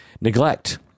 Neglect